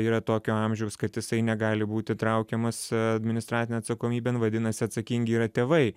yra tokio amžiaus kad jisai negali būti traukiamas administracinėn atsakomybėn vadinasi atsakingi yra tėvai